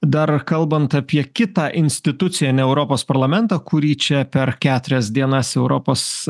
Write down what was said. dar kalbant apie kitą instituciją ne europos parlamentą kurį čia per keturias dienas europos